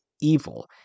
evil